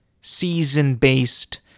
season-based